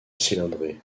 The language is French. cylindrée